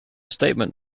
statement